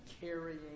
carrying